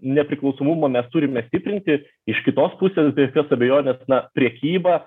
nepriklausomumą mes turime stiprinti iš kitos pusės be jokios abejonės na prekyba